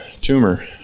tumor